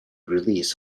release